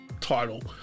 title